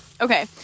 Okay